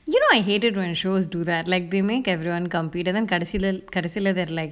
you know I hate it when shows do that like they make everyone computer then கடைசில கடைசில:kadaisila kadaisila they are like